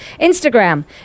Instagram